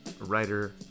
writer